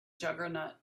juggernaut